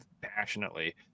passionately